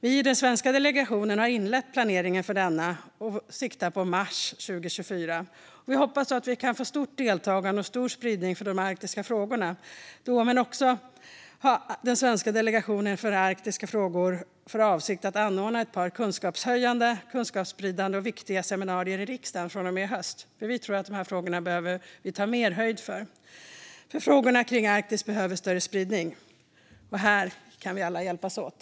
Vi i den svenska delegationen har inlett planeringen för konferensen och siktar på mars 2024, då vi hoppas på ett stort deltagande och en stor spridning för de arktiska frågorna. Den svenska delegationen för Arktis har också för avsikt att anordna ett par kunskapshöjande, kunskapsspridande och viktiga seminarier i riksdagen från och med i höst. Vi tror att vi behöver ta mer höjd för dessa frågor. Frågorna rörande Arktis behöver få större spridning. Här kan vi alla hjälpas åt.